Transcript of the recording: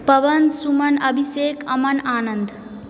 Pawan Suman Abhishek Aman Anand